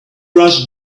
rush